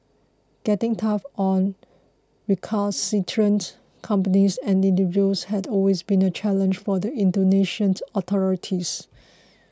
getting tough on recalcitrant companies and individuals has always been a challenge for the Indonesian authorities